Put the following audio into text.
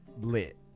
lit